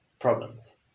problems